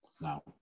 Now